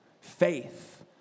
faith